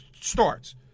starts